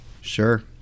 sure